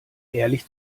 ehrlich